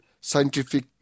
Scientific